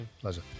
Pleasure